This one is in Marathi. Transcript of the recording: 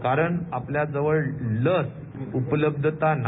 कारण आपल्याजवळ लस उपलब्धता नाही